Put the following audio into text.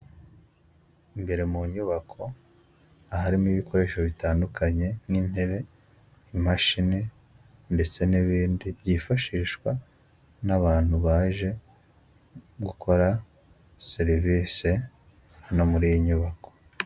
Imbere mu nyubako harimo ibikoresho bitandukanye nk'intebe imashini ndetse n'ibindi, byifashishwa n'abantu baje gukora serivise hano muri iyi nyubako.